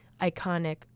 iconic